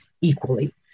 equally